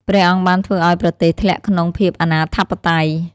ព្រះអង្គបានធ្វើឱ្យប្រទេសធ្លាក់ក្នុងភាពអនាធិបតេយ្យ។